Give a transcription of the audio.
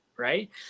Right